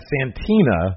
Santina